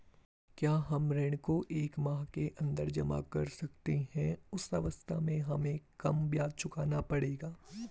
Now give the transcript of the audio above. क्या हम ऋण को एक माह के अन्दर जमा कर सकते हैं उस अवस्था में हमें कम ब्याज चुकाना पड़ेगा?